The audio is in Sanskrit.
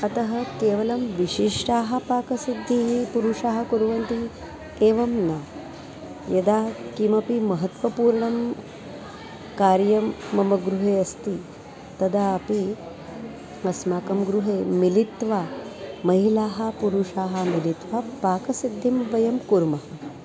अतः केवलं विशिष्टां पाकसिद्धिं पुरुषाः कुर्वन्ति एवं न यदा किमपि महत्त्वपूर्णं कार्यं मम गृहे अस्ति तदापि अस्माकं गृहे मिलित्वा महिलाः पुरुषाः मिलित्वा पाकसिद्धिं वयं कुर्मः